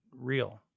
real